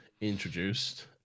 introduced